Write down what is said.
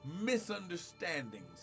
misunderstandings